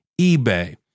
eBay